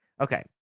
Okay